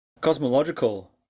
cosmological